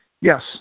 yes